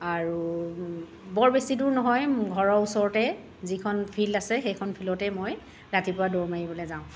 আৰু বৰ বেছি দূৰ নহয় ঘৰৰ ওচৰতে যিখন ফিল্ড আছে সেইখন ফিল্ডতে মই ৰাতিপুৱা দৌৰ মাৰিবলৈ যাওঁ